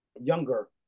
younger